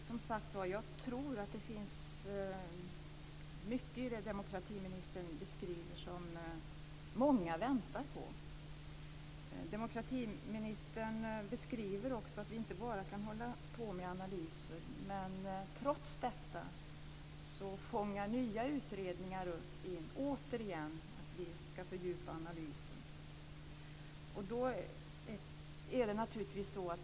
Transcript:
Fru talman! Jag tror att det finns mycket i det demokratiministern beskriver som många väntar på. Demokratiministern säger också att vi inte bara kan hålla på med analyser. Men trots detta fångar nya utredningar återigen upp att vi ska fördjupa analysen.